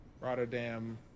Rotterdam